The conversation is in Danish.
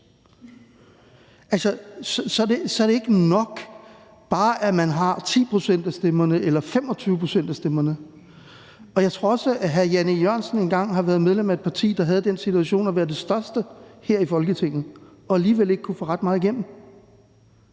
så er det ikke nok, at man bare har 10 pct. af stemmerne eller 25 pct. af stemmerne. Og jeg tror også, at hr. Jan E. Jørgensen engang har været medlem af et parti, der var i den situation at være det største parti her i Folketinget og alligevel ikke kunne få ret meget igennem.